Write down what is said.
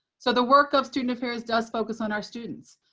so the work of student affairs does focus on our students.